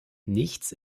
nichts